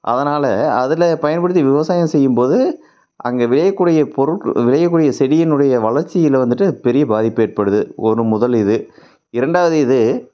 அதனால் அதில் பயன்படுத்தி விவசாயம் செய்யும்போது அங்கே விளையக்கூடிய பொருள் விளையக்கூடிய செடியினுடைய வளர்ச்சியில் வந்துவிட்டு பெரிய பாதிப்பு ஏற்படுது ஒரு முதல் இது இரண்டாவது இது